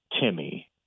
Timmy